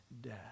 death